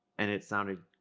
and it sounded.